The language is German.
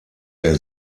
der